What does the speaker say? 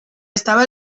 estava